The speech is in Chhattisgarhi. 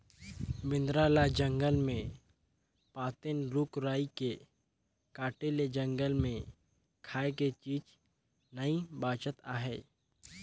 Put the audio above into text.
बेंदरा ल जंगले मे पातेन, रूख राई के काटे ले जंगल मे खाए के चीज नइ बाचत आहे